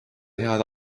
head